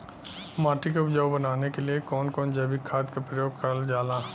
माटी के उपजाऊ बनाने के लिए कौन कौन जैविक खाद का प्रयोग करल जाला?